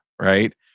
right